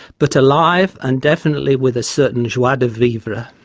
but alive and definitely with a certain joie de vivre.